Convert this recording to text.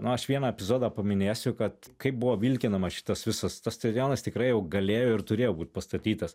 nu aš vieną epizodą paminėsiu kad kaip buvo vilkinama šitas visas tas stadionas tikrai jau galėjo ir turėjo būt pastatytas